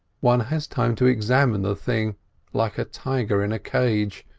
one has time to examine the thing like a tiger in a cage,